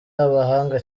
abahanga